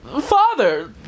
father